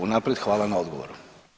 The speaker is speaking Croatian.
Unaprijed hvala na odgovoru.